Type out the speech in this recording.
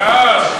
נא להצביע.